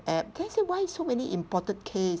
app then I say why so many imported case